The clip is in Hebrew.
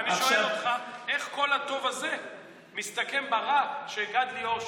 ואני שואל אותך איך כל הטוב הזה מסתכם ברע של גד ליאור,